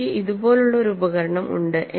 എനിക്ക് ഇതുപോലുള്ള ഒരു ഉപകരണം ഉണ്ട്